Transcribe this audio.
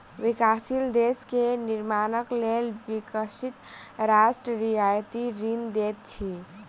विकासशील देश के निर्माणक लेल विकसित राष्ट्र रियायती ऋण दैत अछि